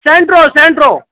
Santro Santro